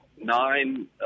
Nine